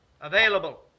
Available